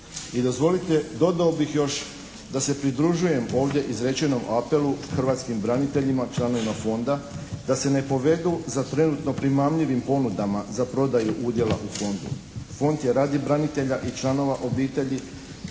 I dozvolite, dodao bih još da se pridružujem ovdje izrečenom apelu hrvatskim braniteljima, članovima Fonda da se ne povedu za trenutno primamljivim ponudama za prodaju udjela u Fondu. Fond je radi branitelja i članova obitelji,